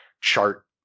chart